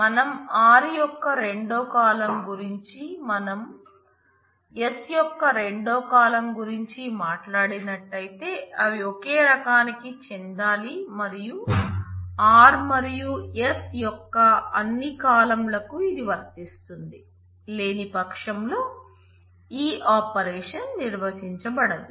మనం r యొక్క రెండో కాలమ్ నిర్వచించబడదు